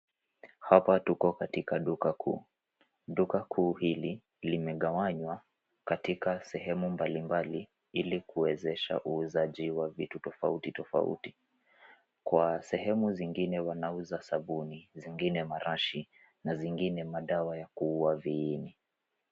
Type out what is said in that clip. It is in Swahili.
Hapa tuko katika duka kuu, duka kuu hili limegawanywa katika sehemu mbali mbali ili kuwezesha uuzaji wa vitu tofauti tofauti. Kwa sehemu zingine wanauza sabuni, zingine marashi na zingine madawa ya kuuwa viini.